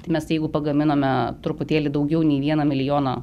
tai mes jeigu pagaminame truputėlį daugiau nei vieną milijoną